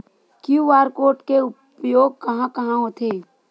QR code के उपयोग कहां कहां होथे?